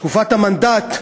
תקופת המנדט,